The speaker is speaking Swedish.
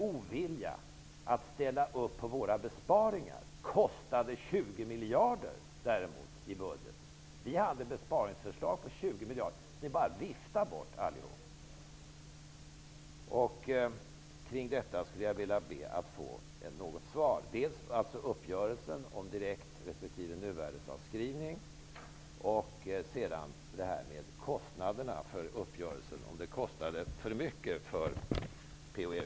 Oviljan att ställa upp på Ny demokratis föreslagna besparingar har kostat 20 miljarder kronor. Ny demokrati lade fram besparingsförslag om 20 miljarder kronor. Alla dessa viftades bara bort. Jag ber om svar dels vad gäller uppgörelsen om direkt och nuvärdesavskrivning, dels vad gäller kostnaderna för uppgörelsen. Kostade den för mycket för Per